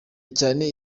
cyane